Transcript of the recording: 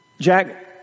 Jack